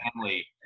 family